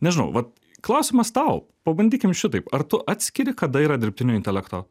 nežinau vat klausimas tau pabandykim šitaip ar tu atskiri kada yra dirbtinio intelekto